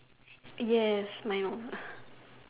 yes my